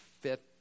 fit